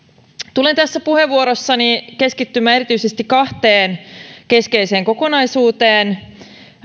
tulen tässä puheenvuorossani keskittymään erityisesti kahteen keskeiseen kokonaisuuteen